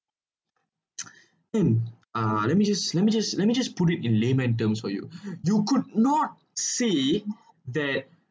in ah let me just let me just let me just put it in layman terms for you you could not say that